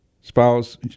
spouse